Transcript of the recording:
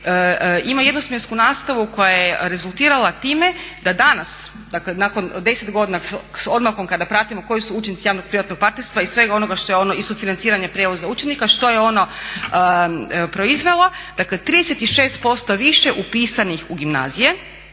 ima jednosmjensku nastavu koja je rezultirala time da danas. Dakle nakon 10 godina s odmakom kada pratimo koji su učinci javnog privatnog partnerstva i svega onoga što je ono, i sufinanciranje prijevoza učenika, što je ono proizvelo. Dakle 36% više upisanih u gimnazije,